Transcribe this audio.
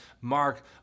mark